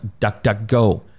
DuckDuckGo